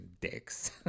dicks